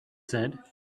said